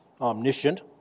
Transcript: omniscient